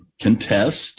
contest